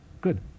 Good